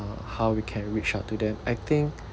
how we can reach out to them I think